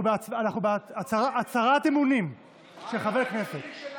אנחנו בהצהרת אמונים של חבר הכנסת,